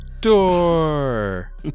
door